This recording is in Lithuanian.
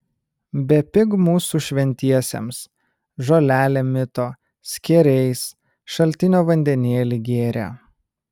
bepig buvo mūsų šventiesiems žolelėm mito skėriais šaltinio vandenėlį gėrė